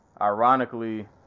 ironically